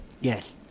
Yes